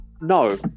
no